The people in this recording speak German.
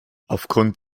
aufgrund